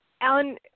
Alan